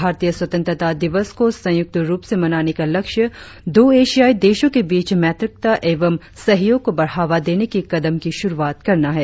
भारतीय स्वतंत्रता दिवस को संयुक्त रुप से मनाने का लक्ष्य दो एशियाई देशो के बीच मैत्रिता एवं सहयोग को बढ़ावा देने की कदम की श्रुआत करना है